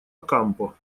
окампо